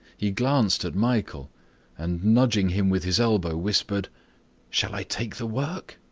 he glanced at michael and nudging him with his elbow, whispered shall i take the work?